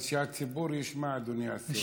אז שהציבור ישמע, אדוני השר.